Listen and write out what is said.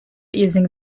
using